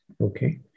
okay